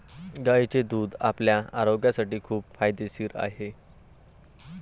गायीचे दूध आपल्या आरोग्यासाठी खूप फायदेशीर आहे